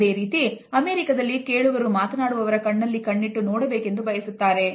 ಅದೇ ರೀತಿ ಅಮೆರಿಕದಲ್ಲಿ ಕೇಳುಗರು ಮಾತನಾಡುವವರ ಕಣ್ಣಲ್ಲೇ ಕಣ್ಣಿಟ್ಟು ನೋಡಬೇಕೆಂದು ಬಯಸುತ್ತಾರೆ